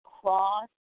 cross